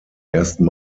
ersten